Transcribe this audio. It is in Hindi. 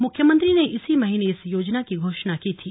मुख्यमंत्री ने इसी महीने इस योजना की घोषणा की थी